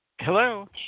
Hello